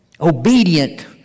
Obedient